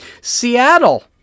Seattle